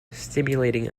stimulating